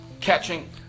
catching